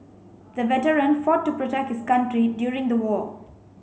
the veteran fought to protect his country during the war